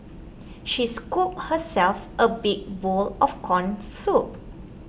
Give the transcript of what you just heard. she scooped herself a big bowl of Corn Soup